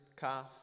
calf